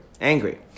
Angry